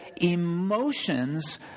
emotions